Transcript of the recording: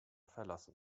verlassen